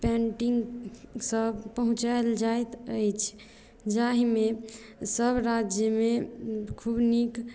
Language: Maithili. पेन्टिंग सभ पहुँचाएल जाइत अछि जाहिमे सभ राज्यमे खुब नीक